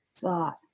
thought